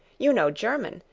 you know german,